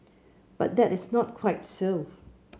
but that is not quite so